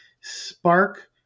Spark